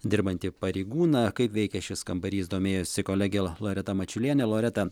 dirbantį pareigūną kaip veikia šis kambarys domėjosi kolegė loreta mačiulienė loreta